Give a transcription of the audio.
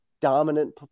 Dominant